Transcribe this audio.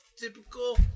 typical